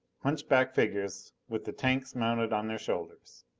hunchback figures with the tanks mounted on their shoulders.